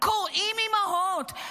-- קורעים אימהות,